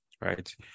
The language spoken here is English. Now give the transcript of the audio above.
right